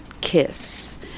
kiss